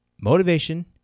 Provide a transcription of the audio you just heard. motivation